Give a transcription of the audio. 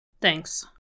Thanks